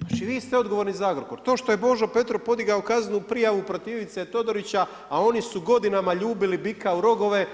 Znači vi ste odgovorni za Agrokor, to što je Božo Petrov podigao kaznenu prijavu protiv Ivice Todorića, a oni su godinama ljubili bika u rogove